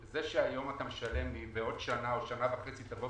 זה לא יכול להיות שאתם תבואו